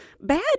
bad